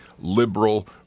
liberal